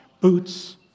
boots